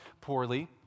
poorly